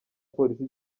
polisi